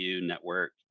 network